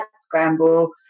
scramble